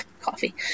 coffee